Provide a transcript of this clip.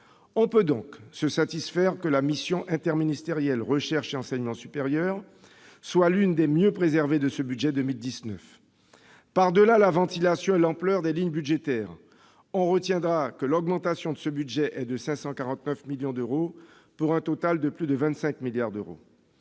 On peut donc se satisfaire que la mission interministérielle « Recherche et enseignement supérieur » soit l'une des mieux préservées de ce budget 2019. Par-delà la ventilation et l'ampleur des lignes budgétaires, on retiendra que l'augmentation de ce budget est de 549 millions d'euros, pour un total de plus de 25 milliards d'euros.